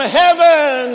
heaven